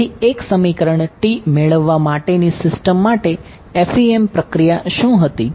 તેથી એક સમીકરણ મેળવવા માટેની સિસ્ટમ માટે FEM પ્રક્રિયા શું હતી